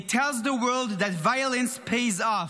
It tells the world that violence pays off.